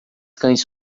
cães